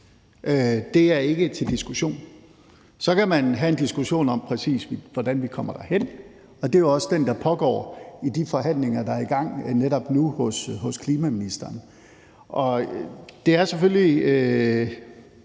Det er ikke til diskussion. Så kan man have en diskussion om, hvordan vi præcis kommer derhen, og det er jo også den, der pågår i de forhandlinger, der er i gang netop nu hos klimaministeren. Det er selvfølgelig